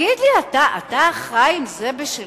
תגיד לי אתה, אתה חי עם זה בשלום?